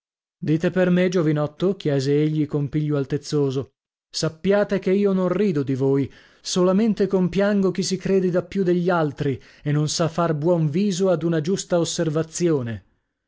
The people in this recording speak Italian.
dite per me giovinotto chiese egli con piglio altezzoso sappiate che io non rido di voi solamente compiango chi si crede da più degli altri e non sa far buon viso ad una giusta osservazione